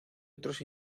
otros